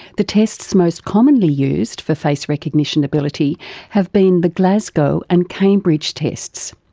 the tests most commonly used for face recognition ability have been the glasgow and cambridge tests.